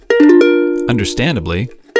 understandably